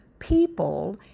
people